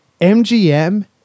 MGM